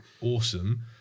Awesome